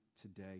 today